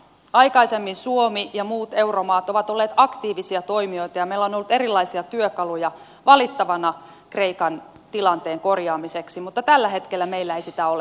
aikaisemmin suomi ja muut euromaat ovat olleet aktiivisia toimijoita ja meillä on ollut valittavana erilaisia työkaluja kreikan tilanteen korjaamiseksi mutta tällä hetkellä meillä ei niitä ole